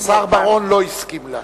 השר בר-און לא הסכים לה.